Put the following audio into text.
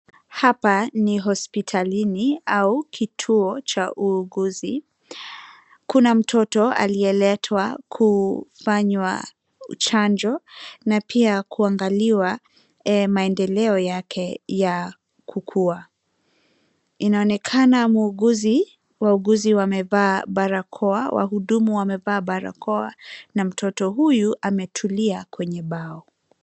Hapa ni hospitalini au kituo cha uuguzi. Kuna mtoto aliyeletwa kufanywa chanjo na pia kuangaliwa maendeleo yake ya kukua. Inaonekana muuguzi wauguzi wamevaa barakoa, wahudumu wamevaa barakoa na mtoto huyu ametulia kwenye bao.